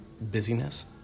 busyness